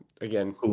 again